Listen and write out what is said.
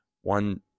one